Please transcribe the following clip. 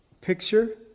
picture